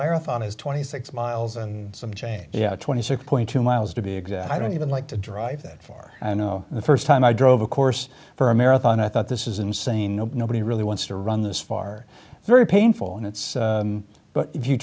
clear on is twenty six miles and some change yeah twenty six point two miles to be exact i don't even like to drive that far i know the first time i drove a course for a marathon i thought this is insane nobody really wants to run this far it's very painful and it's but if you